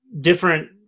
different